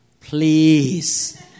please